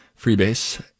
freebase